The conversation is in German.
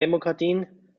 demokratien